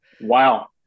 wow